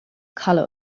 color